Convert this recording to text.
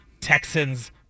Texans